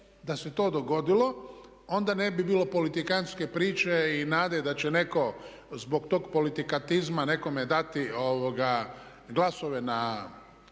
da se to dogodilo onda ne bi bilo politikantske priče i nade da će netko zbog tog politikantstva nekome dati glasove na